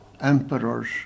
emperors